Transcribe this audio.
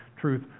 truth